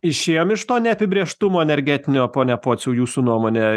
išėjom iš to neapibrėžtumo energetinio pone pociau jūsų nuomone